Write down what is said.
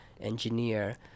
engineer